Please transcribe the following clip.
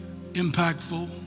impactful